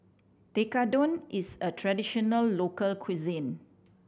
tekkadon is a traditional local cuisine